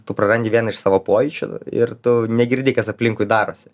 tu prarandi vieną iš savo pojūčių ir tu negirdi kas aplinkui darosi